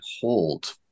hold